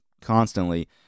constantly